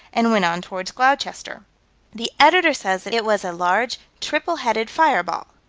and went on toward gloucester. the editor says that it was large, triple-headed fireball.